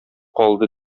калды